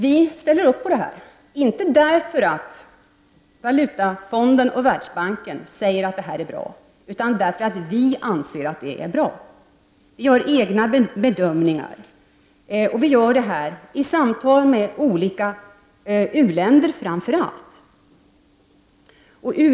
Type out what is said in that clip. Vi ställer upp på dessa åtgärder, men inte därför att Valutafonden och Världsbanken säger att det är bra, utan därför att vi anser att det är bra. Vi gör egna bedömningar, och vi gör det i samtal med framför allt olika u-länder.